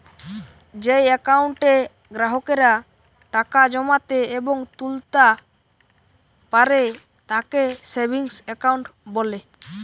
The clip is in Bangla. যেই একাউন্টে গ্রাহকেরা টাকা জমাতে এবং তুলতা পারে তাকে সেভিংস একাউন্ট বলে